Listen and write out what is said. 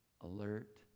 alert